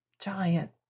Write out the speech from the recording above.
giant